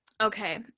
okay